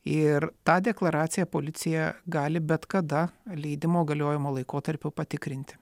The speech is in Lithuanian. ir tą deklaraciją policija gali bet kada leidimo galiojimo laikotarpiu patikrinti